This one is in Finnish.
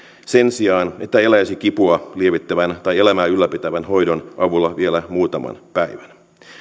sen sijaan että eläisi kipua lievittävän tai elämää ylläpitävän hoidon avulla vielä muutaman päivän